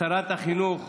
שרת החינוך